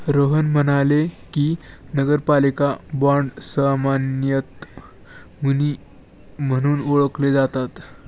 रोहन म्हणाले की, नगरपालिका बाँड सामान्यतः मुनी म्हणून ओळखले जातात